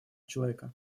человека